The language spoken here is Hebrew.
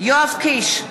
יואב קיש,